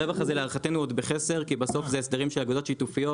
להערכתנו עוד בחסר כי בסוף זה הסדרים של אגודות שיתופיות